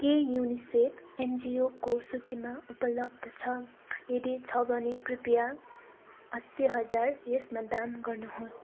के युनिसेफ एनजिओको सूचीमा उपलब्ध छ यदि छ भने कृपया असी हजार यसमा दान गर्नुहोस्